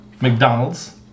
McDonald's